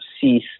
cease